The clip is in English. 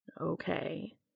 Okay